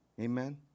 Amen